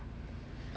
I don't know